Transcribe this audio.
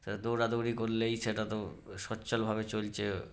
সেটা দৌড়াদৌড়ি করলেই সেটা তো সচলভাবে চলছে